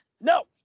No